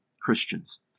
Christians